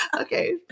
Okay